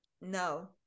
no